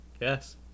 Yes